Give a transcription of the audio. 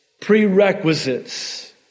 prerequisites